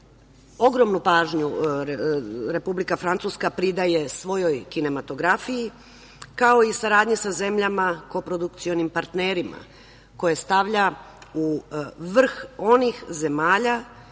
Ogromnu pažnju Repbulika Francuska pridaje svojoj kinematografiji, kao i saradnja sa zemljama kooprodukcionim partnerima koje stavlja u vrh onih zemalja